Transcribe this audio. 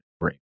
great